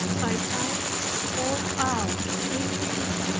i passed whole hours this way,